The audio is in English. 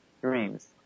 Dreams